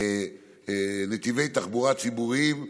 נתיבי תחבורה ציבוריים.